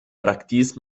praktis